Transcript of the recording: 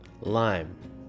lime